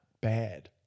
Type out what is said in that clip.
bad